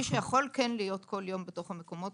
מי שיכול להיות כל יום בכל המקומות,